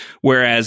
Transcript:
whereas